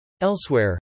Elsewhere